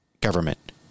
government